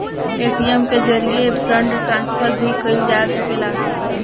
ATM के जरिये fund transfer भी कईल जा सकेला